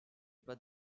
pas